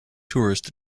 tourist